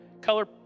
Color